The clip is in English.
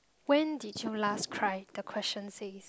when did you last cry the question says